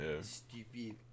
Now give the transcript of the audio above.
stupid